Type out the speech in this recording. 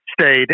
stayed